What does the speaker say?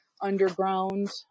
underground